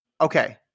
Okay